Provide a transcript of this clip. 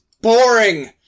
boring